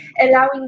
allowing